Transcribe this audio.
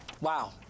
Wow